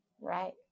right